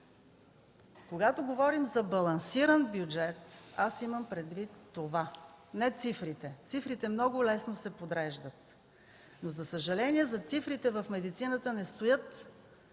Когато говорим за балансиран бюджет имам предвид това, а не цифрите. Цифрите много лесно се подреждат. За съжаление зад цифрите в медицината не стоят